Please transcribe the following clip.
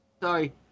Sorry